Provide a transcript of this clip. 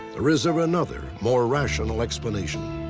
or is there another more rational explanation?